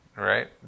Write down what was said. Right